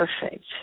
perfect